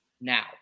now